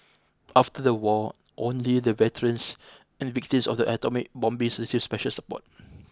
after the war only the veterans and victims of the atomic bombings received special support